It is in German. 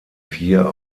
vier